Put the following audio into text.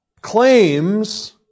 claims